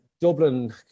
Dublin